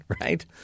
right